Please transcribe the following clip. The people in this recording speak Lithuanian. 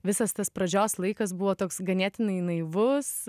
visas tas pradžios laikas buvo toks ganėtinai naivus